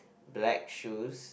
black shoes